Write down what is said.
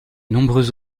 nombreux